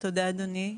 תודה, אדוני.